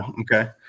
Okay